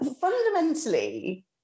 fundamentally